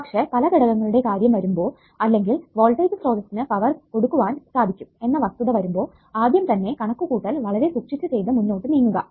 പക്ഷെ പല ഘടകങ്ങളുടെ കാര്യം വരുമ്പോ അല്ലെങ്കിൽ വോൾടേജ് സ്രോതസ്സിനു പവർ കൊടുക്കാൻ സാധിക്കും എന്ന വസ്തുത വരുമ്പോ ആദ്യം തന്നെ കണക്കുകൂട്ടൽ വളരെ സൂക്ഷിച്ചു ചെയ്തു മുന്നോട്ടു നീങ്ങുക